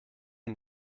and